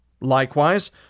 Likewise